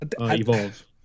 Evolve